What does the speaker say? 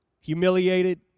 humiliated